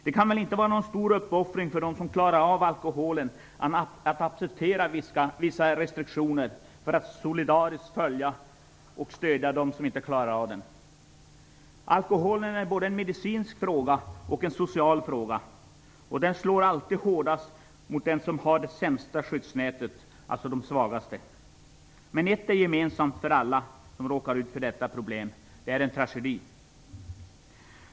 Det kan väl inte vara någon stor uppoffring för dem som klarar av alkoholen att acceptera vissa restriktioner för att solidariskt följa och stödja dem som inte klarar av den. Alkoholen är både en medicinsk och en social fråga, och den slår alltid hårdast mot dem som har det sämsta skyddsnätet, dvs. de svagaste. Men ett är gemensamt för alla som råkar ut för detta problem, och det är att det är en tragedi.